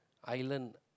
island